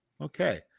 Okay